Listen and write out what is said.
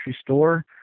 store